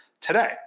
today